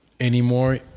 Anymore